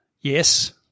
Yes